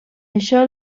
això